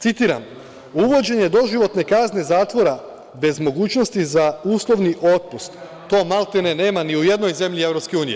Citiram: „Uvođenje doživotne kazne zatvora bez mogućnosti za uslovni otpust, to maltene nema ni u jednoj zemlji EU“